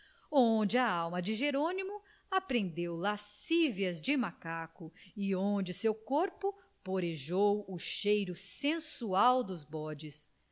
onde a alma de jerônimo aprendeu lascívias de macaco e onde seu corpo porejou o cheiro sensual dos bodes